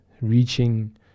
reaching